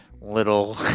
little